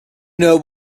know